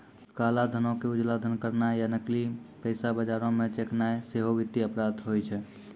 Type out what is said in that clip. काला धनो के उजला धन करनाय या नकली पैसा बजारो मे चलैनाय सेहो वित्तीय अपराध होय छै